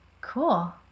cool